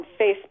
Facebook